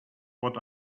what